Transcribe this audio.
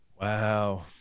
Wow